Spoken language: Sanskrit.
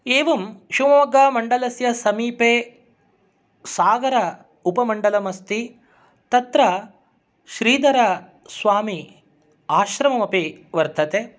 एवं शिव्मोग्गामण्डलस्य समीपे सागर उपमण्डलम् अस्ति तत्र श्रीधरस्वामी आश्रममपि वर्तते